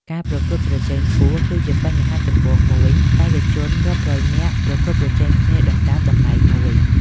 ការប្រកួតប្រជែងខ្ពស់ គឺជាបញ្ហាចម្បងមួយ។ បេក្ខជនរាប់រយនាក់ប្រកួតប្រជែងគ្នាដណ្ដើមតំណែងមួយ។